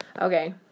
Okay